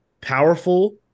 powerful